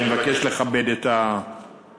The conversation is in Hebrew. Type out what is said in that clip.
אני מבקש לכבד את האירוע.